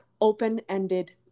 open-ended